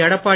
Edappadi